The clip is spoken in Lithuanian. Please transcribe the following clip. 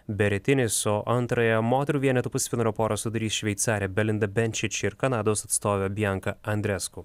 beretinis o antrąją moterų vienetų pusfinalio porą sudarys šveicarė belinda benčič ir kanados atstovė bianka andresku